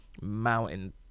mountain